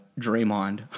Draymond